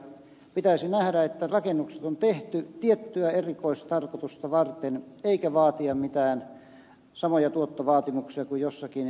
pitäisi nähdä että rakennukset on tehty tiettyä erikoistarkoitusta varten eikä vaatia mitään samoja tuottovaatimuksia kuin jossakin sijoituskiinteistöissä